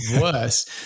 worse